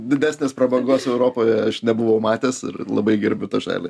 didesnės prabangos europoje aš nebuvau matęs labai gerbiu tą šalį